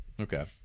Okay